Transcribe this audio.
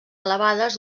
elevades